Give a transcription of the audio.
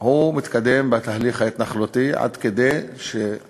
הוא מתקדם בתהליך ההתנחלותי, עד כדי כך